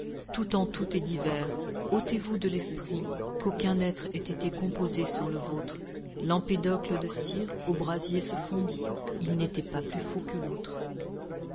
tout en tout est divers ôtez-vous de l'esprit qu'aucun être ait été composé sur le vôtre l'empédocle de cire au brasier se fondit il n'était pas plus fou que l'autre